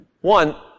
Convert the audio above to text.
One